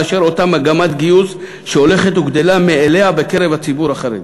מאשר אותה מגמת גיוס שהולכת וגדלה מאליה בקרב הציבור החרדי.